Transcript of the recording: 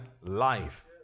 life